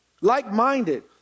like-minded